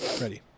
ready